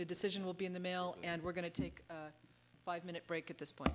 a decision will be in the mail and we're going to take a five minute break at this point